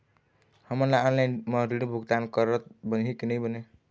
हमन ला ऑनलाइन म ऋण भुगतान करत बनही की नई बने?